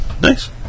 Nice